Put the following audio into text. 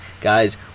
Guys